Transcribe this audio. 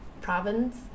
province